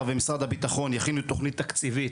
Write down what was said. ומשרד הביטחון יכינו תוכנית תקציבית,